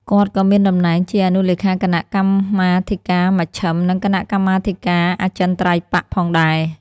គាត់ក៏មានតំណែងជា អនុលេខាគណៈកម្មាធិការមជ្ឈិម និងគណៈកម្មាធិការអចិន្ត្រៃយ៍បក្ស ផងដែរ ។